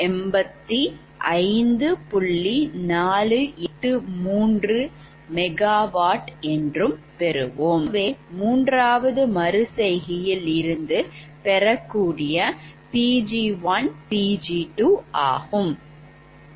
இதுவே மூன்றாவது மறு செய்கையில் இருந்து பெறக்கூடிய Pg1Pg2 ஆகும்